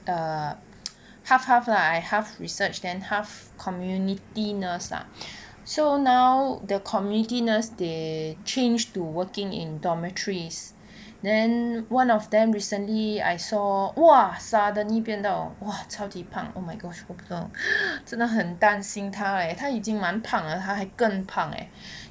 err half half lah I half research then half community nurse lah so now the community nurse they change to working in dormitories then one of them recently I saw !wah! suddenly 变到 !wah! 超级胖 oh my gosh 我不懂真的很担心她 leh 她已经蛮胖了她还更胖 eh